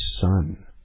son